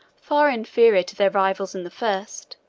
far inferior to their rivals in the first,